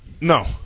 No